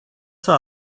that